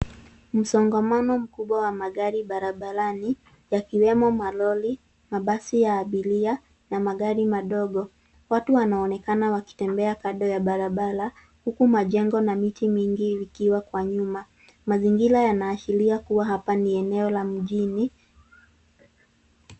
Msongamano mkubwa wa magari barabarani yakiwemo malori, mabasi ya abiria na magari madogo. Watu wanaonekana wakitembea kando ya barabara huku majengo na miti mingi ikiwa kwa nyuma. Mazingira yanaashiria kuwa hapa ni eneo la mjini.